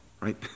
right